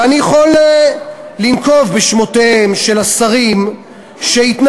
ואני יכול לנקוב בשמותיהם של השרים שהתנגדו